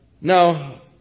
Now